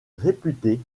réputée